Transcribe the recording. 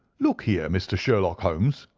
look here, mr. sherlock holmes,